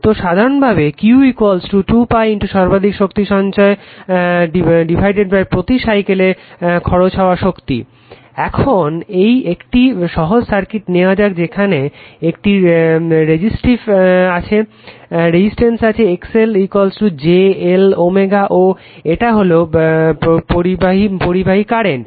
তো সাধারণ ভাবে Q 2π × সর্বাধিক সঞ্চিত শক্তিপ্রতি সাইকেলে খরচ হওয়া শক্তি এখন একটি সহজ সার্কিট নেওয়া যাক যেখানে একটি রেজিসটেন্স আছে XL JL ω ও এটা হলো প্রবাহিত কারেন্ট